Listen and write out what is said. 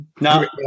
No